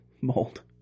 mold